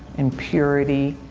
and purity.